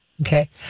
Okay